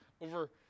over